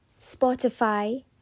Spotify